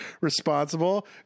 responsible